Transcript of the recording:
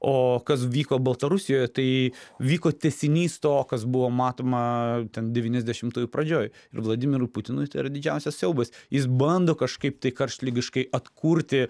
o kas vyko baltarusijoje tai vyko tęsinys to kas buvo matoma ten devyniasdešimtųjų pradžioj ir vladimirui putinui tai yra didžiausias siaubas jis bando kažkaip tai karštligiškai atkurti